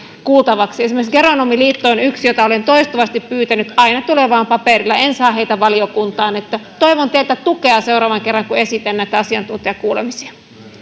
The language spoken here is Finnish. kuultavaksi esimerkiksi geronomiliitto on yksi jota olen toistuvasti pyytänyt aina tulee lausunto vain paperilla en saa heitä valiokuntaan toivon teiltä tukea seuraavan kerran kun esitän näitä asiantuntijakuulemisia